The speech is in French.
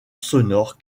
sonore